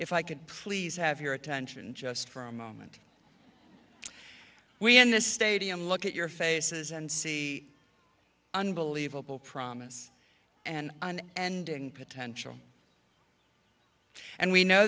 if i could please have your attention just for a moment we in the stadium look at your faces and see unbelievable promise and and and and potential and we know